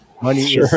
Money